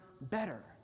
better